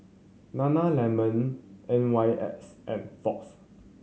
Nana Lemon N Y X and Fox